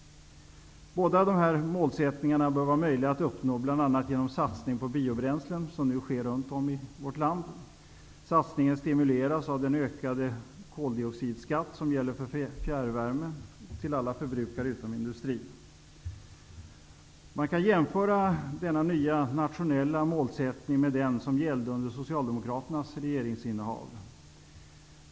Båda dessa målsättningar bör vara möjliga att uppnå, bl.a. genom den satsning på biobränsle som nu sker runt om i vårt land. Satsningen stimuleras av den höjning av koldioxidskatten som gäller för fjärrvärme till alla förbrukare utom industrin. Man kan jämföra denna nya nationella målsättning med den som gällde under Socialdemokraternas regeringsinnehav.